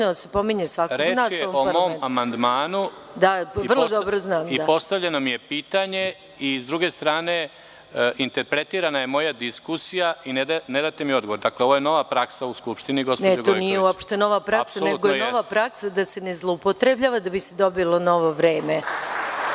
da se pominje u ovom parlamentu. **Janko Veselinović** Reč je o mom amandmanu. Postavljeno mi je pitanje i sa druge strane interpretirana je moja diskusija i ne date mi odgovor. Dakle, ovo je nova praksa u Skupštini. **Maja Gojković** Nije uopšte nova praksa, nego je nova praksa da se ne zloupotrebljava, da bi se dobilo novo vreme.